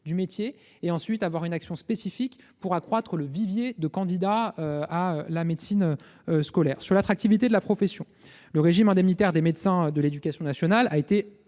du métier et mener une action spécifique pour accroître le vivier de candidats à la médecine scolaire. C'est ainsi que le régime indemnitaire des médecins de l'éducation nationale a été